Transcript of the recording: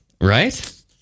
right